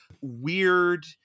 weird